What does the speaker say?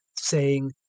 saying,